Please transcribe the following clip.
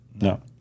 no